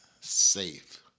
safe